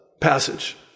passage